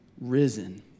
risen